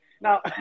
Now